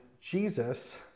Jesus